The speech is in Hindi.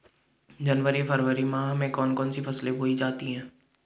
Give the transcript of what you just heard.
जनवरी फरवरी माह में कौन कौन सी फसलें बोई जाती हैं?